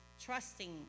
trusting